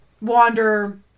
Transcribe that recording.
wander